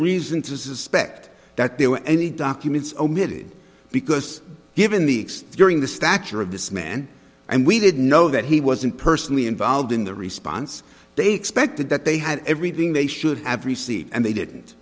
reason to suspect that there were any documents omitted because given the exterior the stature of this man and we did know that he wasn't personally involved in the response they expected that they had everything they should have received and they didn't